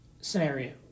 scenario